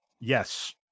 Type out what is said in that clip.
yes